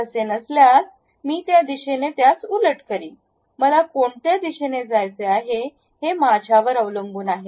तसे नसल्यास मी त्या दिशेने त्यास उलट करीन मला कोणत्या दिशेने जायचे आहे हे माझ्यावर अवलंबून आहे